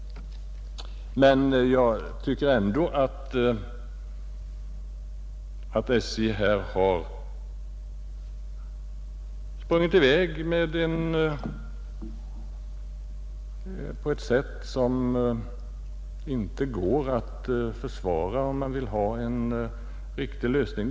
Jag tycker att SJ här har sprungit i väg på ett sätt som inte kan försvaras om man vill ha en riktig lösning.